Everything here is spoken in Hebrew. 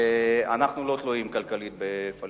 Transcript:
אנחנו לא תלויים כלכלית בפלסטינים.